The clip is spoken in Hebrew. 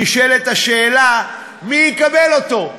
נשאלת השאלה מי יקבל אותו.